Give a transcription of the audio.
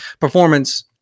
performance